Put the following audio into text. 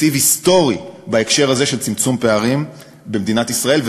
תקציב היסטורי בהקשר הזה של צמצום פערים במדינת ישראל,